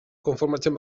konformatzen